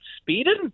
speeding